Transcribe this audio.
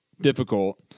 difficult